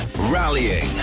rallying